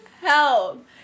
help